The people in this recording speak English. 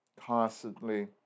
constantly